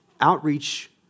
Outreach